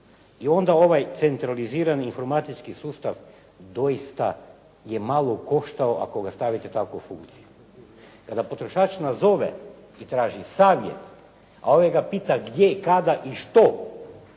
I onda ovaj centralizirani informatički sustav doista je malo koštao ako ga stavite tako u funkciju. Kada potrošač nazove i traži savjet, a ovaj ga pita gdje, kada i što,